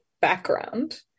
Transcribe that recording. background